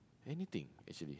anything actually